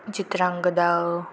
Chitrangada